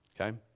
okay